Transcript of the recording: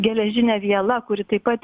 geležine viela kuri taip pat